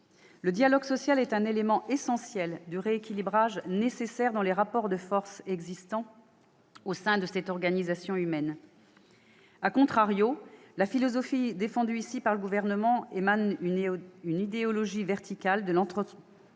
Le dialogue social est un élément essentiel du nécessaire rééquilibrage des rapports de force existants au sein de cette organisation humaine., la philosophie défendue ici par le Gouvernement relève d'une idéologie verticale de l'entrepreneuriat